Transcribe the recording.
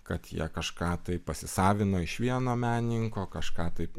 kad jie kažką tai pasisavino iš vieno menininko kažką tai